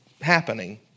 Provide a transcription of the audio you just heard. happening